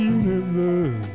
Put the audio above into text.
universe